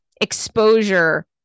exposure